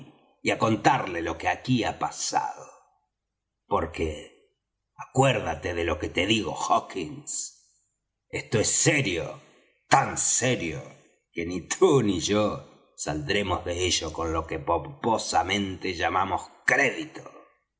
á contarle lo que aquí ha pasado porque acuérdate de lo que te digo hawkins esto es serio tan serio que ni tú ni yo saldremos de ello con lo que pomposamente llamaré crédito